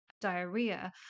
diarrhea